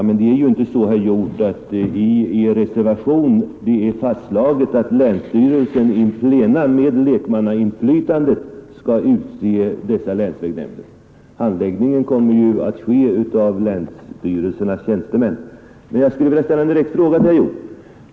Herr talman! Jag vill säga till herr Hjorth att det inte står i reservationen att länsstyrelsen in pleno skall utse länsvägnämnderna. Detta val kommer sannolikt att handläggas av länsstyrelsernas tjänstemän. Jag skulle vilja ställa en direkt fråga till herr Hjorth.